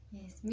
Yes